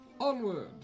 Onward